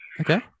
okay